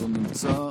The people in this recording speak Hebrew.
אינו נמצא.